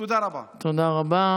תלוי איפה.